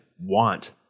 want